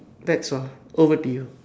that's all over to you